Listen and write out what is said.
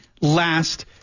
last